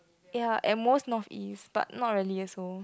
ya at most North East but not really also